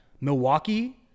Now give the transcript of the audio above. Milwaukee